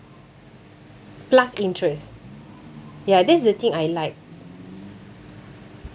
plus interest ya that's the thing I like